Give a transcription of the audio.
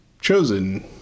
chosen